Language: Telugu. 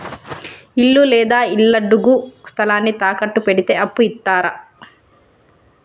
ఇల్లు లేదా ఇళ్లడుగు స్థలాన్ని తాకట్టు పెడితే అప్పు ఇత్తరా?